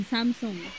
Samsung